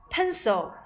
Pencil